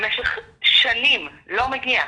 במשך שנים לא מגיע.